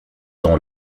dans